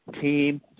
team